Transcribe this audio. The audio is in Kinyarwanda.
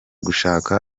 gushaka